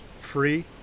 free